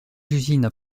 usines